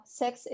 sex